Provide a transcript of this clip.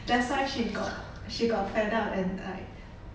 that's why she got she got fed up and like